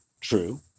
true